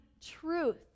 truth